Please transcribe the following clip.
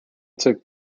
took